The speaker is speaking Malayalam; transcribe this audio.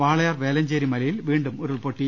വാളയാർ വേലഞ്ചേരി മലയിൽ വീണ്ടും ഉരുൾപ്പൊട്ടി